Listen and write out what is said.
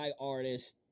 artists